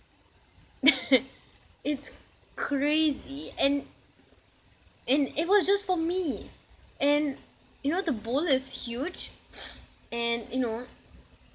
it's crazy and and it was just for me and you know the bowl is huge and you know